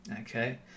Okay